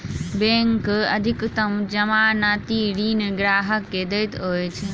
bank अधिकतम जमानती ऋण ग्राहक के दैत अछि